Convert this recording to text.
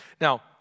Now